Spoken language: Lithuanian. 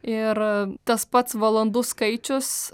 ir tas pats valandų skaičius